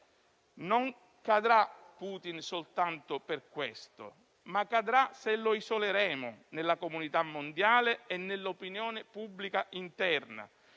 non cadrà soltanto per questo; cadrà se lo isoleremo nella comunità mondiale e nell'opinione pubblica interna.